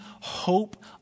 hope